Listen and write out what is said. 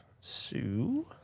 Sue